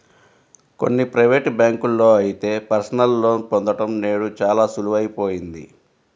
కొన్ని ప్రైవేటు బ్యాంకుల్లో అయితే పర్సనల్ లోన్ పొందడం నేడు చాలా సులువయిపోయింది